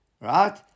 Right